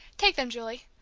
take them, julie.